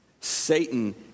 Satan